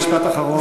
משפט אחרון.